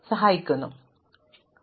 അതിനാൽ എനിക്ക് ആവശ്യമാണ്